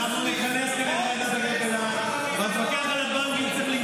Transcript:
ואנחנו נכנס כאן את ועדת הכלכלה,